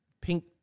pink